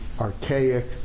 archaic